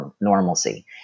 normalcy